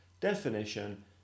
definition